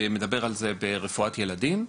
מדבר על זה ברפואת ילדים,